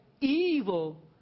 evil